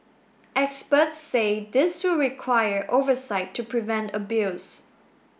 experts say this will require oversight to prevent abuse